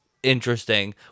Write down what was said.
Interesting